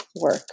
work